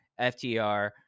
FTR